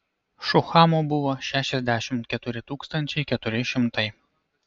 šuhamų buvo šešiasdešimt keturi tūkstančiai keturi šimtai